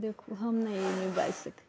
देखु हम नहि एहिमे बाजि सकै छी